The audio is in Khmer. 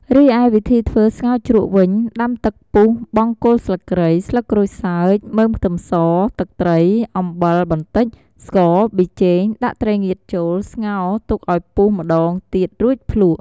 រីឯវិធីធ្វើស្ងោរជ្រក់វិញដាំទឹកពុះបង់គល់ស្លឹកគ្រៃ ស្លឹកក្រូចសើច មើមខ្ទឹមស ទឹកត្រី អំបិលបន្តិច ស្ករ ប៊ីចេង ដាក់ត្រីងៀតចូល ស្ងោទុកឱ្យពុះម្ដងទៀតរួចភ្លក់។